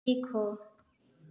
सीखो